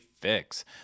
fix